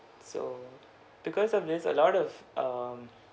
so because of this a lot of um